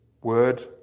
word